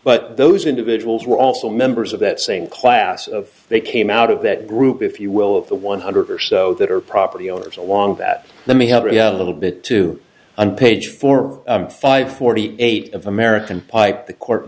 but those individuals were also members of that same class of they came out of that group if you will of the one hundred or so that are property owners along that let me have a little bit too and page four five forty eight of american pipe the court